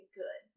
good